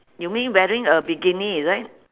you mean wearing a bikini is it